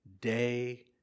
Day